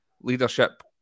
leadership